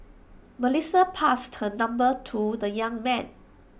Melissa passed her number to the young man